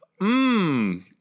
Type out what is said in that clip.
Mmm